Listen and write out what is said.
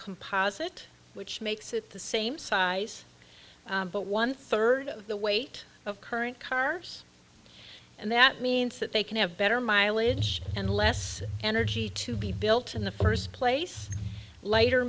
composite which makes it the same size but one third of the weight of current car and that means that they can have better mileage and less energy to be built in the first place later